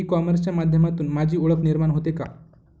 E कॉमर्सच्या माध्यमातून माझी ओळख निर्माण होते का?